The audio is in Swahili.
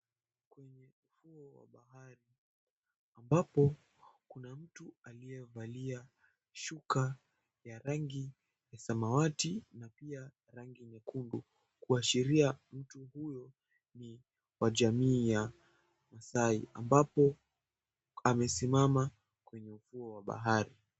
Kwenye ufuo wa bahari ambapo kuna mtu aliyevalia shuka ya rangi ya samawati na pia rangi nyekundu kuashiria mtu huyo ni wa jamii ya maasai ambapo amesimama kwenye ufuo wa bahari.